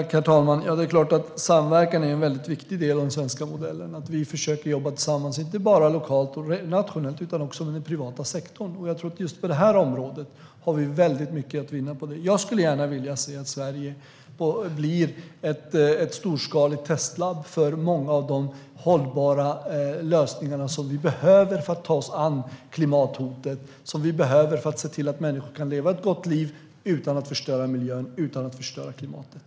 Herr talman! Det är klart att samverkan är en väldigt viktig del av den svenska modellen, att vi försöker jobba tillsammans inte bara lokalt och nationellt utan också med den privata sektorn. Jag tror att vi har väldigt mycket att vinna på det just på det här området. Jag skulle gärna se att Sverige blir ett storskaligt testlabb för många av de hållbara lösningar som vi behöver för att ta oss an klimathotet och se till att människor kan leva ett gott liv utan att förstöra miljön och klimatet.